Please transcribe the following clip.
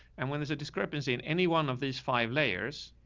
and when there's a discrepancy in any one of these five layers.